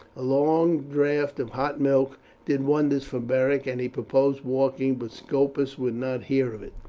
a long draught of hot milk did wonders for beric, and he proposed walking, but scopus would not hear of it.